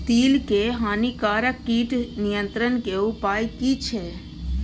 तिल के हानिकारक कीट नियंत्रण के उपाय की छिये?